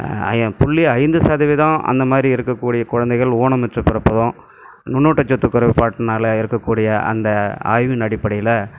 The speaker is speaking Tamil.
புள்ளி ஐந்து சதவீதம் அந்த மாதிரி இருக்கக்கூடிய குழந்தைகள் ஊனமுற்று பிறப்பதும் நுன்னூட்ட சத்து குறைபாட்டினால இருக்கக்கூடிய அந்த ஆய்வின் அடிப்படையில்